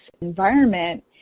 environment